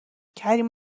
کریم